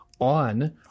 on –